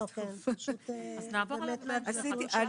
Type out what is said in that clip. אנחנו בעצם מדברים על 20 ילדים שפנו בתחום הזה.